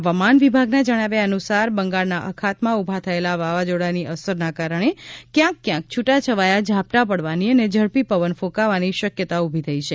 હવામાન વિભાગના જણાવ્યા અનુસાર બંગાળના અખાતમાં ઉભા થયેલા વાવાઝોડાની અસરના કારણે કયાંક કયાંક છુટા છવાયા ઝાપટાં પડવાની અને ઝડપી પવન ફુકાવાની શકયતા ઉભી થઈ હતી